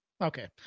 Okay